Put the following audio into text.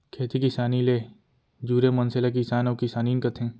खेती किसानी ले जुरे मनसे ल किसान अउ किसानिन कथें